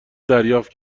دریافت